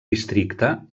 districte